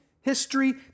history